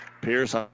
Pierce